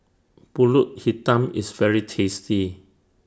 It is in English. Pulut Hitam IS very tasty